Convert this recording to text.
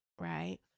Right